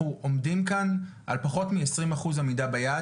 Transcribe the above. אנחנו עומדים כאן על פחות מעשרים אחוז עמידה ביעד,